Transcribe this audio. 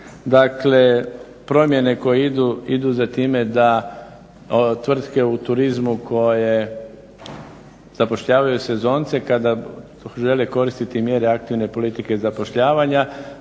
Dakle, promjene koje idu za time da tvrtke u turizmu koje zapošljavaju sezonce kada žele koristiti mjere aktivne politike i zapošljavanja